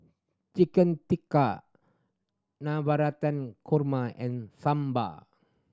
Chicken Tikka Navratan Korma and Sambar